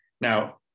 Now